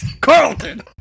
Carlton